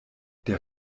der